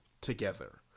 together